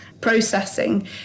processing